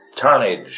tonnage